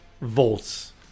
volts